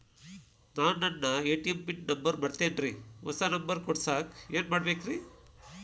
ನಾನು ನನ್ನ ATM pin number ಮರ್ತೇನ್ರಿ, ಹೊಸಾ ನಂಬರ್ ಕುಡಸಾಕ್ ಏನ್ ಮಾಡ್ಬೇಕ್ರಿ?